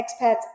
expats